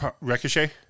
Ricochet